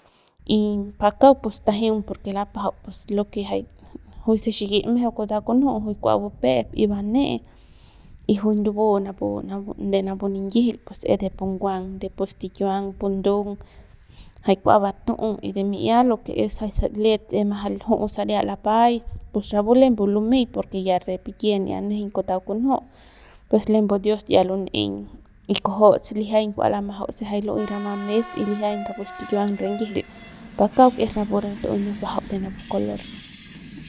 Y pa kauk pus tajeung porque lapajau lo que juy se xiki mejeu kutau kunju juy kua bupe'ep y bane y ju ndubu de napu ninyijil pues de pu nguang de pu stikiuang pu ndung jay kua batu'u y de lo que mi'ia jay let tsema se lju'u saria lapay pus rapu lembu lemy porque ya re pikie n'ia nejeiñ kutau kunju pues lembu dios ya lun'eiñ y kijots lijiañ kua lamajau se jay lu'uey rama mes ylijiañ rapu stikiuang rinyijil pa kauk es rapu re tu'uey nubajau de napu color.